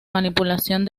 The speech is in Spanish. manipulación